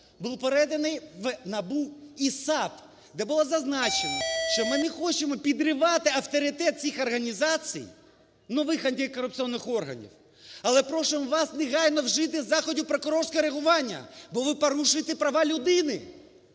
був переданий в НАБУ і САП, де було зазначено, що ми не хочемо підривати авторитет цих організацій, нових антикорупційних органів, але просимо вас негайно вжити заходів прокурорського реагування, бо ви порушуєте права людини.